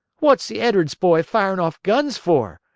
what's the ed'ards boy firin' off guns for,